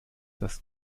dass